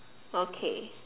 okay